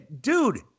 Dude